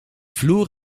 vloer